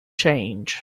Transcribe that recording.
change